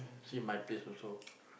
see my place also